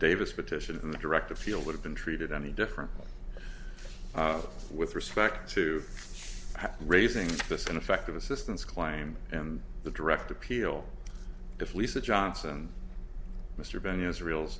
davis petition from the direct appeal would have been treated any different with respect to raising this ineffective assistance claim and the direct appeal if lisa johnson mr bennett israel's